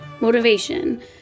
motivation